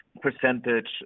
percentage